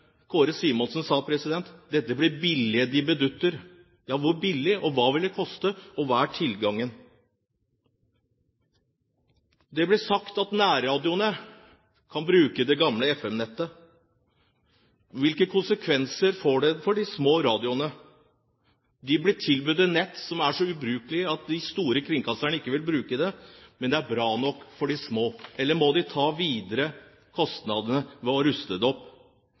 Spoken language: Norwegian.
Kåre Simensen sa: Dette blir billige dippedutter. Hvor billige? Hva vil det koste, og hva er tilgangen? Det blir sagt at nærradiostasjonene kan bruke det gamle FM-nettet. Hvilke konsekvenser får det for de små radiostasjonene? De blir tilbudt et nett som er så ubrukelig at de store kringkasterne ikke vil bruke det, men det er bra nok for de små. Eller må de ta de videre kostnadene ved å ruste det opp?